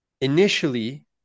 initially